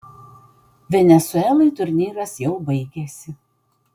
venesuelai turnyras jau baigėsi